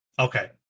Okay